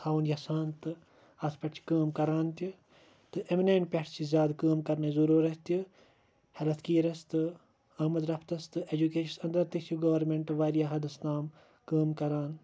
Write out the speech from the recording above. تھاوُن یِژھان تہٕ اَتھ پٮ۪ٹھ چھ کٲم کَران تہِ تہٕ پٮ۪ٹھ چھ زیادٕ کٲم کَرنٕچ ضرورَت تہِ ہیٚلٕتھ کِیَرَس تہٕ آمَد رَفتَس تہٕ ایٚجوکیشنَس اَندَر تہِ چھ گورمیٚنٹ وارِیاہ حدَس تام کٲم کَران